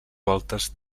voltes